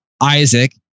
Isaac